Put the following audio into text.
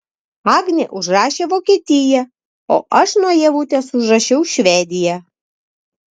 agnė užrašė vokietiją o aš nuo ievutės užrašiau švediją